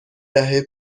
دهه